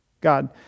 God